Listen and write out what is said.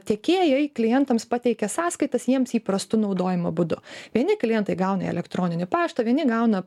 tiekėjai klientams pateikia sąskaitas jiems įprastu naudojimo būdu vieni klientai gauna į elektroninį paštą vieni gauna